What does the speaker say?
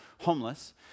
homeless